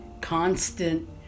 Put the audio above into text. constant